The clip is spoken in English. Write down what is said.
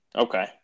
okay